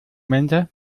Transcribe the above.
mensa